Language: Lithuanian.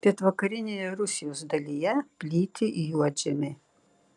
pietvakarinėje rusijos dalyje plyti juodžemiai